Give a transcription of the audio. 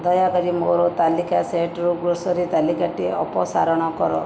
ଦୟାକରି ମୋର ତାଲିକା ସେଟ୍ରୁ ଗ୍ରୋସରୀ ତାଲିକାଟି ଅପସାରଣ କର